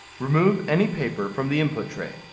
remove any paper from the input tray.